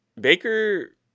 Baker